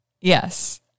Yes